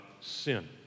sin